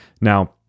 Now